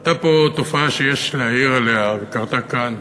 הייתה פה תופעה שיש להעיר עליה, קרתה כאן.